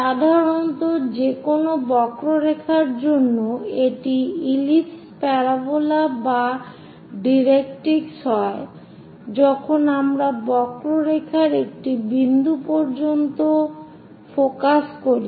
সাধারণত যে কোন বক্ররেখার জন্য এটি ইলিপস প্যারাবোলা বা ডাইরেক্ট্রিক্স হয় যখন আমরা বক্ররেখার একটি বিন্দু পর্যন্ত ফোকাস করি